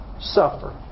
suffer